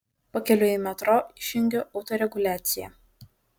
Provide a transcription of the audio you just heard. pakeliui į metro išjungiu autoreguliaciją